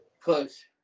Close